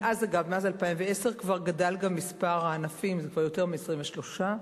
אגב, מאז 2010 גדל מספר הענפים, זה כבר יותר מ-23,